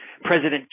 President